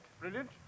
Brilliant